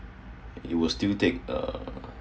it would still take uh